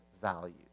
value